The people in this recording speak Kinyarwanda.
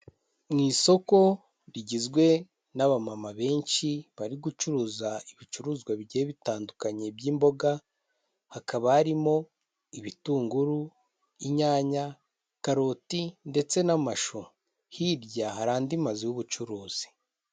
Mu isoko rigizwe n'abamama benshi, bari gucuruza ibicuruzwa bigiye bitandukanye by'imboga, hakaba harimo ibitunguru, inyanya, karoti ndetse n'amashu. Hirya, hari andi mazu y'ubucuruzi.